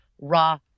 raw